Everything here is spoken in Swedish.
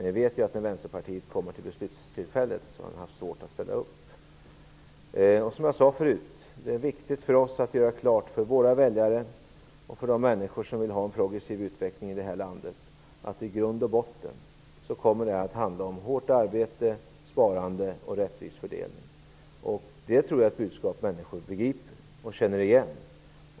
Vi vet ju att Västerpartiet har haft svårt att ställa upp när man har kommit till beslutstillfället. Som jag tidigare sade är det viktigt att göra klart för våra väljare och för de människor som vill ha en progressiv utveckling i det här landet att i grund och botten handlar det om hårt arbete, sparande och en rättvis fördelning. Jag tror att det är ett budskap som människor begriper och känner igen.